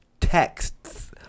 texts